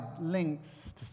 links